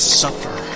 suffer